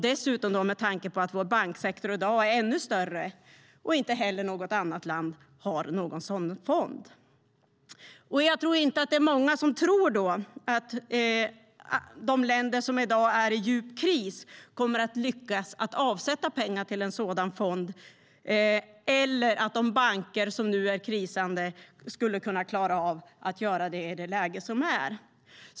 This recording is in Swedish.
Dessutom är vår banksektor ännu större i dag. Och inte heller något annat land har en sådan fond. Jag tror inte att det är många som tror att de länder som i dag befinner sig i djup kris kommer att lyckas avsätta pengar till en sådan fond eller att de banker som nu krisar skulle kunna klara av att göra det i nuvarande läge.